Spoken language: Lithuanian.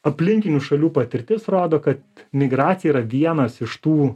aplinkinių šalių patirtis rodo kad migracija yra vienas iš tų